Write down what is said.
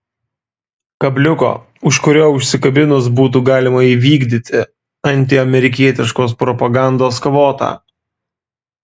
kabliuko už kurio užsikabinus būtų galima įvykdyti antiamerikietiškos propagandos kvotą